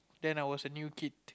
then I was a new kid